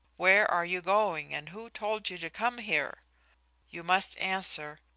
where are you going and who told you to come here you must answer,